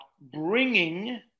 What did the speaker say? bringing